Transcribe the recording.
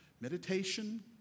meditation